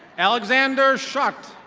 alexander shut.